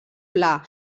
pla